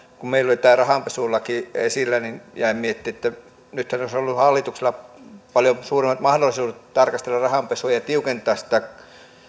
kun meillä oli tämä rahanpesulaki esillä niin jäin miettimään että nythän olisi ollut hallituksella paljon suuremmat mahdollisuudet tarkastella rahanpesua ja ja tiukentaa sitä